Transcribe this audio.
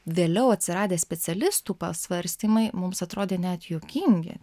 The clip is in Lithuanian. vėliau atsiradę specialistų pasvarstymai mums atrodė net juokingi